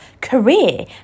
career